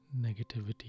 negativity